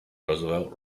roosevelt